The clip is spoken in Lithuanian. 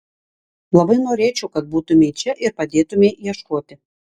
labai norėčiau kad būtumei čia ir padėtumei ieškoti